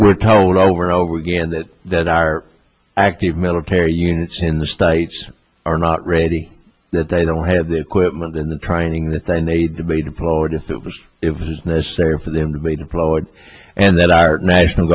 we're told are were over again that that our active military units in the states are not ready that they don't have the equipment in the training that they need to be deployed if it was necessary for them to be deployed and that our national